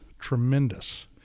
tremendous